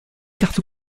carte